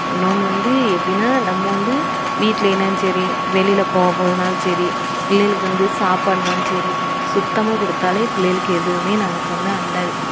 இன்னொன்று வந்து எப்படின்னா நம்ம வந்து வீட்டில் என்னன்னு சரி வெளியில் போக போதுனாலும் சரி புள்ளைகளுக்கு வந்து சாப்பாடுனாலும் சரி சுத்தமாக கொடுத்தாலே புள்ளைகளுக்கு எதுவுமே நமக்கு வந்து அண்டாது